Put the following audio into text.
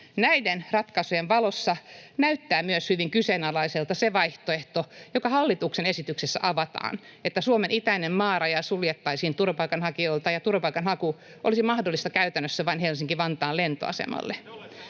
Näiden ratkaisujen valossa näyttää myös hyvin kyseenalaiselta se vaihtoehto, joka hallituksen esityksessä avataan, että Suomen itäinen maaraja suljettaisiin turvapaikanhakijoilta ja turvapaikanhaku olisi mahdollista käytännössä vain Helsinki-Vantaan lentoasemalla.